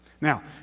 Now